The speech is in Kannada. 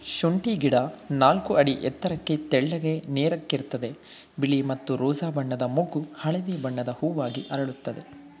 ಶುಂಠಿ ಗಿಡ ನಾಲ್ಕು ಅಡಿ ಎತ್ತರಕ್ಕೆ ತೆಳ್ಳಗೆ ನೇರಕ್ಕಿರ್ತದೆ ಬಿಳಿ ಮತ್ತು ರೋಜಾ ಬಣ್ಣದ ಮೊಗ್ಗು ಹಳದಿ ಬಣ್ಣದ ಹೂವಾಗಿ ಅರಳುತ್ತದೆ